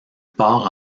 part